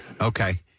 Okay